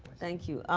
thank you.